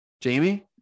Jamie